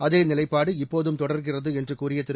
அதே நிலைப்பாடு இப்போதும் தொடர்கிறது என்று கூறிய திரு